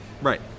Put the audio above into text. right